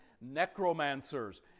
necromancers